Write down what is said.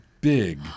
big